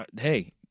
hey